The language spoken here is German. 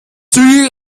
zügig